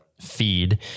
feed